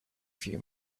few